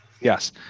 yes